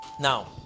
Now